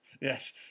Yes